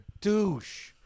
douche